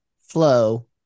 flow